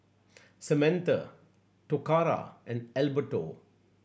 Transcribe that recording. Samantha Toccara and Alberto